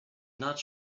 not